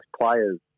players